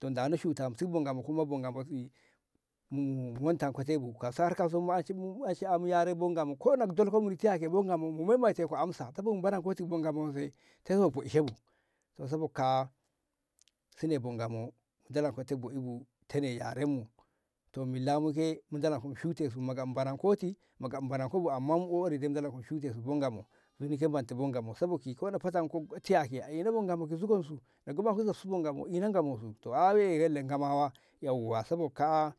to ndano shuta nok ti bo Ngamo kuma bo Ngamo mu montakko te bu har kauso ma mu ansheti yaren bo Ngamo ko na ka dolke no muni ti mu maimaite ko amsa kaba mu bare kanti bo Ngamo to sabo kaa'a si ne bo Ngamo mo dolonko bo'i bu sine yaren mu milla mu ke mo dolonko shute su mu gam barankoti mo gam baran ko bu amman dai mu dolonko mu shute su bo Ngamo amma mu ko o'ori dai mu shute su bo Ngamo sabo ki ko na fatan ko tiya ke a ishe bo Ngamo ki zugon su na goman ko ki zub su a ishe bo Ngamo a mo ngamawa yauwa sabo ka'a